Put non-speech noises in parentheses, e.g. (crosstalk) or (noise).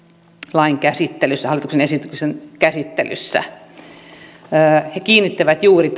lain käsittelyssä hallituksen esityksen käsittelyssä he kiinnittävät huomiota juuri (unintelligible)